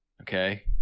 Okay